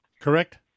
Correct